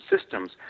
systems